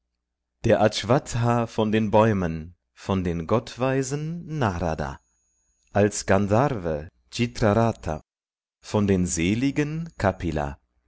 der avattha von den bäumen von den gott weisen narada als gandharve citraratha von den seligen